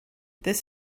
this